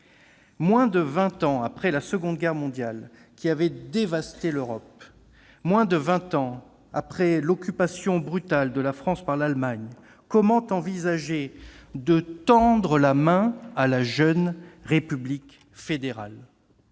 Moins de vingt ans après la Seconde Guerre mondiale, qui avait dévasté l'Europe, moins de vingt ans après l'occupation brutale de la France par l'Allemagne, comment envisager de tendre la main à la jeune République fédérale ?